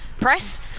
press